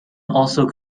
also